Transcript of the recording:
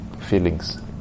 feelings